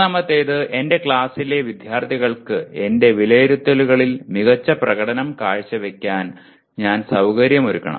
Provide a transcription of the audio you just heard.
മൂന്നാമത്തേത് എന്റെ ക്ലാസ്സിലെ വിദ്യാർത്ഥികൾക്ക് എന്റെ വിലയിരുത്തലുകളിൽ മികച്ച പ്രകടനം കാഴ്ചവയ്ക്കാൻ ഞാൻ സൌകര്യമൊരുക്കണം